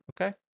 Okay